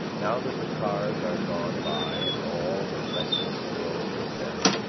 now that the cars are gone by and all the restless world with them,